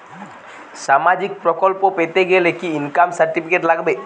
সামাজীক প্রকল্প পেতে গেলে কি ইনকাম সার্টিফিকেট লাগবে?